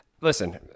Listen